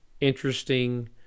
interesting